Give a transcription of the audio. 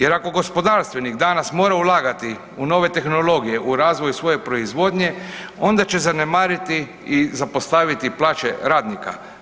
Jer ako gospodarstvenik danas mora ulagati u nove tehnologije, u razvoj svoje proizvodnje, onda će zanemariti i zapostaviti plaće radnika.